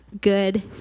good